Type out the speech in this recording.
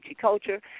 culture